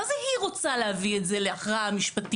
מה זה היא רוצה להביא את זה להכרעה משפטית,